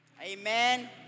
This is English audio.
Amen